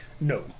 No